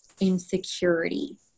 insecurity